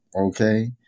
Okay